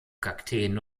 kakteen